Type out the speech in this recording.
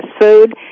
food